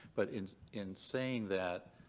but in in saying that,